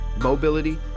mobility